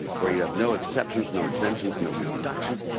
where you have no exceptions, no exemptions, no deductions,